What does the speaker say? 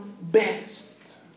best